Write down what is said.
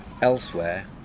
elsewhere